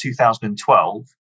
2012